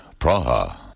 Praha